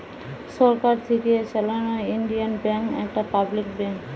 সরকার থিকে চালানো Indian bank একটা পাবলিক ব্যাঙ্ক